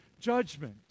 judgment